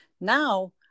now